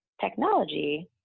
technology